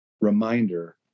reminder